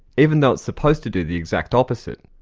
even though it's supposed to do the exact opposite.